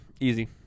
easy